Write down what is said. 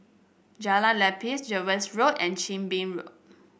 Jalan Lepas Jervois Road and Chin Bee Road